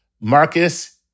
Marcus